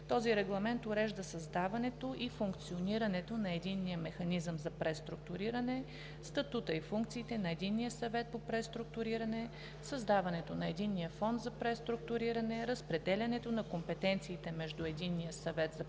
Този регламент урежда създаването и функционирането на Единния механизъм за преструктуриране, статута и функциите на Единния съвет по преструктуриране, създаването на Единния фонд за преструктуриране, разпределянето на компетенциите между Единния съвет за преструктуриране